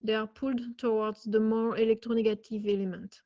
they'll put towards the more electro negative element.